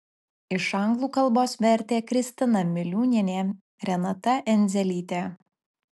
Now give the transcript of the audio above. iš anglų kalbos vertė kristina miliūnienė renata endzelytė